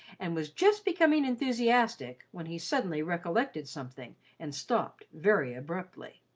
and was just becoming enthusiastic, when he suddenly recollected something and stopped very abruptly.